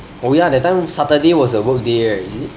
oh ya that time saturday was a work day right is it